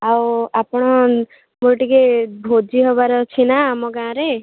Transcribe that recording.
ଆଉ ଆପଣ ଟିକେ ଭୋଜି ହେବାର ଅଛି ନା ଆମ ଗାଁରେ